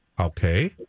Okay